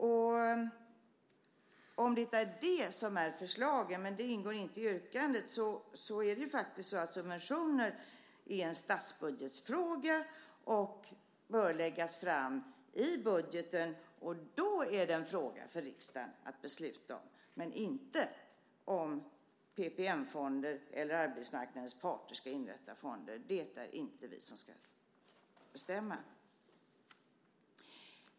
Detta ingår inte i yrkandet, men om det är detta som är förslagen vill jag säga att subventioner är en statsbudgetfråga som bör läggas fram i budgeten. Då är det en fråga för riksdagen att besluta om, men inte om PPM-fonder eller arbetsmarknadens parter ska inrätta fonder. Det är det inte vi som ska bestämma om.